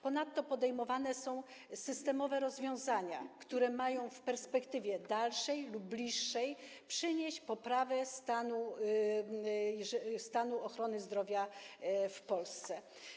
Ponadto podejmowane są systemowe rozwiązania, które mają w perspektywie dalszej lub bliższej przynieść poprawę stanu ochrony zdrowia w Polsce.